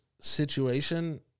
situation